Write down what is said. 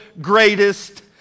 greatest